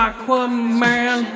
Aquaman